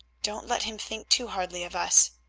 don't let him think too hardly of us!